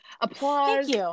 Applause